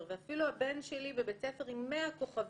ואפילו הבן שלי בבית ספר עם 100 כוכבים,